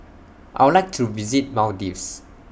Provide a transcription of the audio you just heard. I Would like to visit Maldives